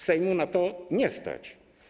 Sejmu na to nie stać.